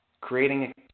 creating